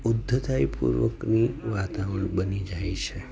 ઉદ્ધતાઈ પૂર્વકની વાતાવરણ બની જાય છે